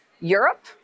Europe